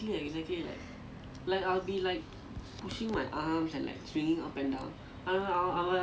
dey சொல்லும்போது எல்லாம் ஓகேதான் அவனுக்கு ஆனா செய்யும்போது எரியிது:sollumpothu ellaam okaythaan avanukku aanaa seyyumpothu eriyuthu